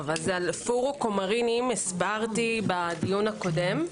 על פורו קומרינים הסברתי בדיון הקודם.